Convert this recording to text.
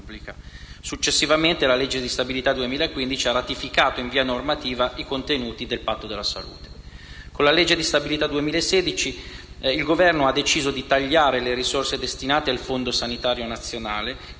Successivamente, la legge di stabilità 2015 ha ratificato in via normativa i contenuti del Patto per la salute. Con la legge di stabilità 2016 il Governo ha deciso di tagliare le risorse destinate al Fondo sanitario nazionale,